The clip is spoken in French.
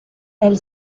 elle